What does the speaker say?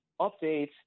updates